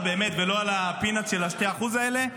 באמת ולא על ה-peanuts של ה-2% האלה,